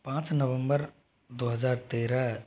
पाँच नवंबर दो हजार तेरह